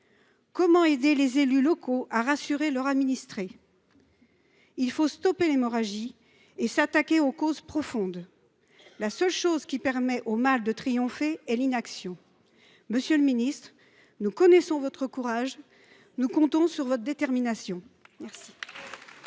Comment aider les élus locaux à rassurer leurs administrés ? Il faut stopper l’hémorragie et s’attaquer aux causes profondes. La seule chose qui permet au mal de triompher est l’inaction. Monsieur le ministre, nous connaissons votre courage, et nous comptons sur votre détermination.